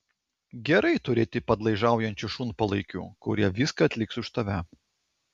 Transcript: gerai turėti padlaižiaujančių šunpalaikių kurie viską atliks už tave